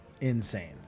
insane